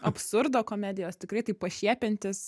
absurdo komedijos tikrai tai pašiepiantis